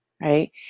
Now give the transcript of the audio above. right